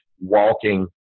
walking